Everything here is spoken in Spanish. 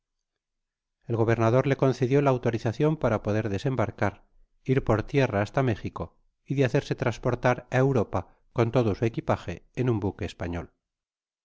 el gobernador le concedio la autorizacion para poder desembarcar ir por tierra hasta méjico y de hacerse trasportar á europa con todo su equipaje en un buque español